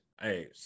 hey